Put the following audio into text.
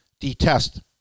detest